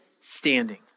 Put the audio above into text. standing